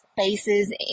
spaces